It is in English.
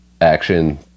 action